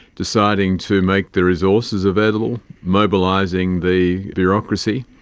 deciding to make the resources available, mobilising the bureaucracy,